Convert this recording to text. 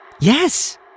yes